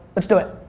let's do it.